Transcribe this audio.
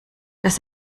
das